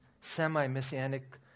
semi-messianic